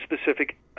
specific